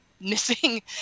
missing